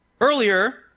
earlier